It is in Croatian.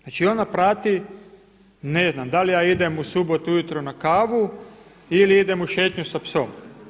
Znači, ona prati ne znam, da li ja idem u subotu ujutro na kavu ili idem u šetnju sa psom.